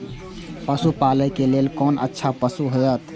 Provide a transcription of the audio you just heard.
पशु पालै के लेल कोन अच्छा पशु होयत?